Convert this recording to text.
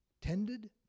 tended